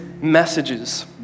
messages